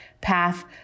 path